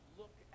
look